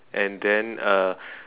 and then uh